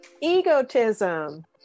Egotism